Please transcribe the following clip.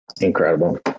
Incredible